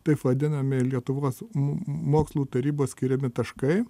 taip vadinami lietuvos mokslų tarybos skiriami taškai